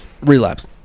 relapse